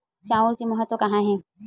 चांउर के महत्व कहां हे?